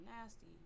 nasty